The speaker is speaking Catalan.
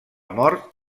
mort